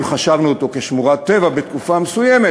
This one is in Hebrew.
החשבנו אותו לשמורת טבע בתקופה מסוימת,